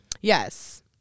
Yes